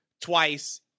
twice